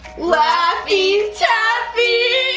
laffy taffy!